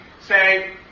say